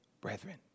brethren